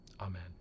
Amen